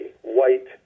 white